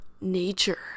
nature